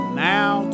Now